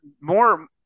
more